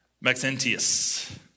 Maxentius